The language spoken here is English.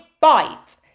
bite